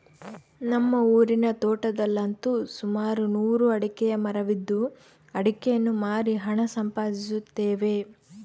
ನಮ್ಮ ಊರಿನ ತೋಟದಲ್ಲಂತು ಸುಮಾರು ನೂರು ಅಡಿಕೆಯ ಮರವಿದ್ದು ಅಡಿಕೆಯನ್ನು ಮಾರಿ ಹಣ ಸಂಪಾದಿಸುತ್ತೇವೆ